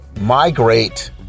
migrate